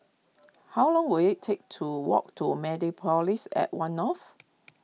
how long will it take to walk to Mediapolis at one North